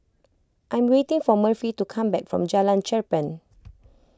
I am waiting for Murphy to come back from Jalan Cherpen